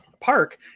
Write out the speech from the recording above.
park